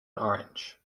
orange